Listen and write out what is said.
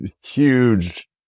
huge